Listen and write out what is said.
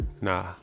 nah